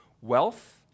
wealth